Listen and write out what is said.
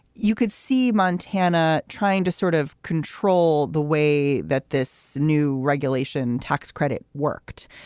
you could see montana trying to sort of control the way that this new regulation tax credit worked.